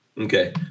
Okay